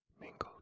mingled